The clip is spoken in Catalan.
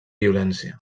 violència